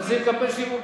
עושים קמפיין שיווקי.